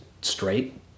straight